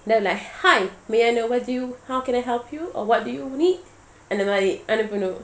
then like hi may I know what do you how can I help you or what do you need a அந்தமாதிரிஅனுப்பனும்:andha madhiri anupanum